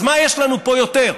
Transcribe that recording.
אז מה יש לנו פה יותר?